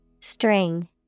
String